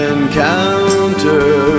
Encounter